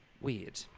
weird